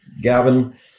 Gavin